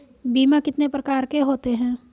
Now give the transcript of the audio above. बीमा कितने प्रकार के होते हैं?